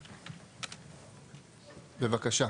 בבקשה.